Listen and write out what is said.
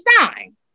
sign